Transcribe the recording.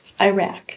Iraq